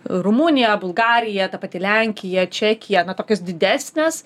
rumunija bulgarija ta pati lenkija čekija na tokios didesnės